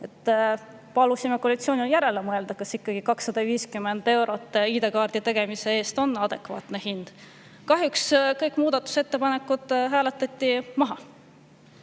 Palusime koalitsioonil järele mõelda, kas 250 eurot ID-kaardi tegemise eest on ikkagi adekvaatne hind. Kahjuks kõik muudatusettepanekud hääletati maha.